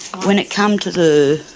when it came to the